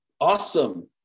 awesome